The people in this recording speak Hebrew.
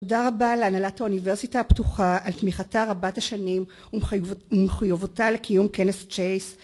תודה רבה להנהלת האוניברסיטה הפתוחה על תמיכתה רבת השנים ומחויבותה לקיום כנס צ'ייס